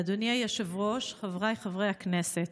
אדוני היושב-ראש, חבריי חברי הכנסת,